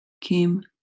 Kim